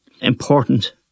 important